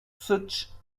such